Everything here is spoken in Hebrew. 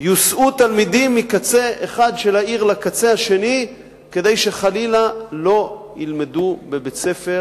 יוסעו תלמידים מקצה אחד של העיר לקצה השני כדי שחלילה לא ילמדו בבית-ספר